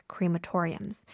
Crematoriums